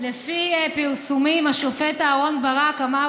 לפי פרסומים, השופט אהרן ברק אמר